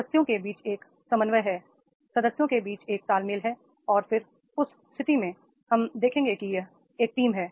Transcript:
सदस्यों के बीच एक समन्वय है सदस्यों के बीच एक तालमेल है और फिर उस स्थिति में हम देखेंगे कि यह एक टीम है